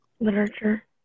literature